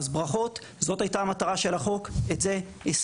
אז ברכות, זאת הייתה המטרה של החוק, את זה השגנו.